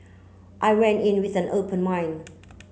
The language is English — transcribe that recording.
I went in with an open mind